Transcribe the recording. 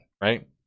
right